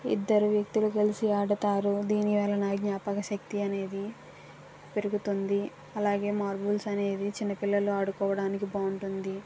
ఇద్దరు వ్యక్తులు కలిసి ఆడుతారు దీనివలన జ్ఞాపకశక్తి అనేది పెరుగుతుంది అలాగే మార్బుల్స్ అనేది చిన్న పిల్లలు ఆడుకోవడానికి బాగుంటుంది